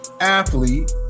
athlete